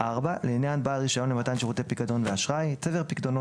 לעניין בעל רישיון למתן שירותי פיקדון ואשראי צבר פיקדונות